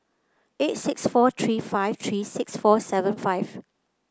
eight six four three five three six four seven five